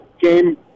game